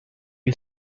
you